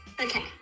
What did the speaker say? okay